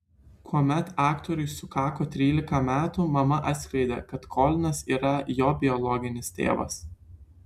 kuomet aktoriui sukako trylika metų mama atskleidė kad kolinas ir yra jo biologinis tėvas